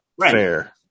fair